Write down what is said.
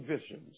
visions